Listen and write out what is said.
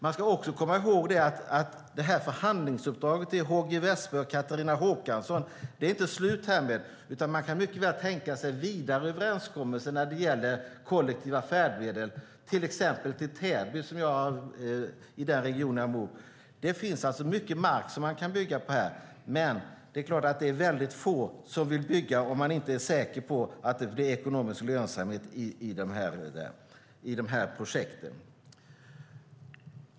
Man ska också komma ihåg att förhandlingsuppdraget för H G Wessberg och Catharina Håkansson härmed inte är slut, utan man kan mycket väl tänka sig vidare överenskommelser när det gäller kollektiva färdmedel, till exempel till Täby i den region jag bor i. Det finns mycket mark att bygga på här, men det är få som vill bygga om det inte är säkert att det är ekonomisk lönsamhet i projekten.